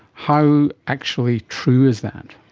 how actually true is that?